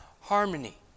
harmony